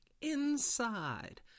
inside